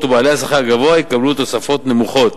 ובעלי השכר הגבוה יקבלו תוספות נמוכות,